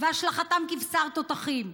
והשלכתם כבשר תותחים.